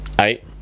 Eight